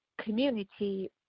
community